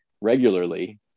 regularly